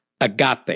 agape